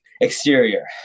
exterior